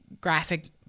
graphic